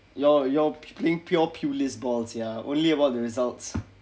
you're you're playing pure purely balls ya only about the results